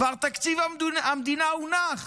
תקציב המדינה כבר הונח